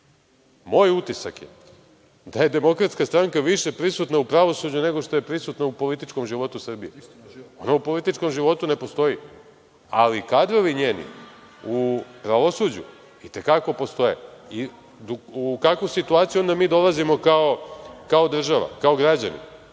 Moj utisak je da je DS više prisutna u pravosuđu nego što je prisutna u političkom životu Srbije. Ona u političkom životu ne postoji, ali kadrovi njeni u pravosuđu i te kako postoje.U kakvu situaciju mi dolazimo, kao država, kao građani?